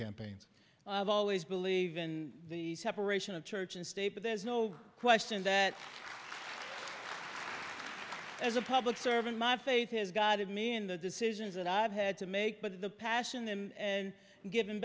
campaigns i've always believe in separation of church and state but there's no question that as a public servant my faith has guided me in the decisions that i've had to make but the passion and